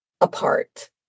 apart